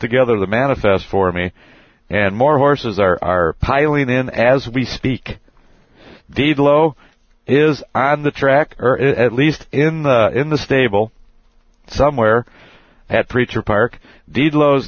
together the manifest for me and more horses are piling in as we speak diablo is on the track or at least in the in the stable somewhere had preacher park the low